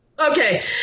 Okay